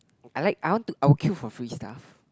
I like I want to I will queue for free stuff